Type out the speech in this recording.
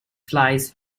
flies